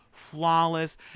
flawless